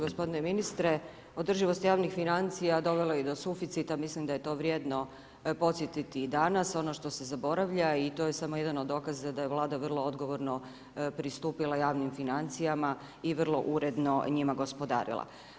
Gospodine ministre, održivost javnih financija dovelo je i do suficita, mislim da je to vrijedno podsjetiti i danas, ono što se zaboravlja i to je samo jedan od dokaza da je vlada vrlo odgovorno pristupila javnim financijama i vrlo uredno njima gospodarila.